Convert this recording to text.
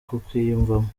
kukwiyumvamo